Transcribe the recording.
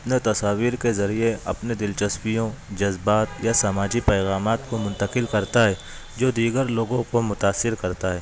اپنا تصاویر کے ذریعے اپنے دلچسپیوں جذبات یا سماجی پیغامات کو منتقل کرتا ہے جو دیگر لوگوں کو متاثر کرتا ہے